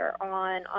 on